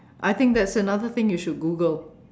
I think that's another thing you should Google